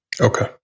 Okay